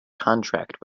contract